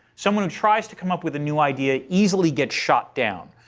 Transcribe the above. someone who tries to come up with a new idea easily get shot down.